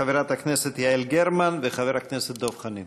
לחברת הכנסת יעל גרמן ולחבר הכנסת דב חנין.